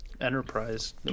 Enterprise